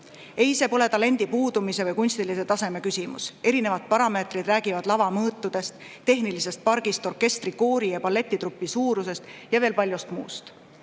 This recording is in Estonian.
Ei, see pole talendi puudumise või kunstilise taseme küsimus. Erinevad parameetrid räägivad lava mõõtudest, tehnilisest pargist, orkestri, koori ja balletitrupi suurusest ning veel paljust muust.